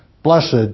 Blessed